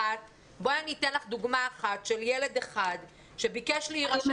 בואי אני אתן לך דוגמא אחת של ילד אחד שביקש להירשם